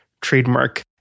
trademark